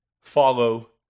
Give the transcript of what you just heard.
follow